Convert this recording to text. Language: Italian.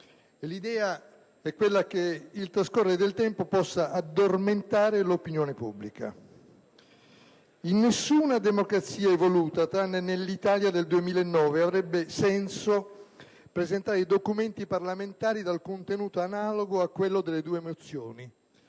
L'idea è che il trascorrere del tempo possa addormentare l'opinione pubblica. In nessuna democrazia evoluta, tranne che nell'Italia del 2009, avrebbe senso presentare documenti parlamentari dal contenuto analogo a quello delle due mozioni.